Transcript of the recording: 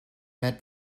met